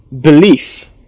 belief